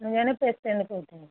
ମୁଁ ଜଣେ ପେସେଣ୍ଟ କହୁଥିଲି